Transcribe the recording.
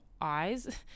eyes